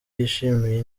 yishimiye